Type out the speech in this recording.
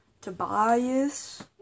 Tobias